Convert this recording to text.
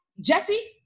jesse